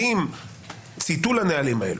האם צייתו לנהלים האלה?